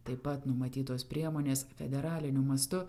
taip pat numatytos priemonės federaliniu mastu